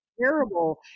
terrible